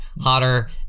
Hotter